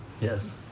Yes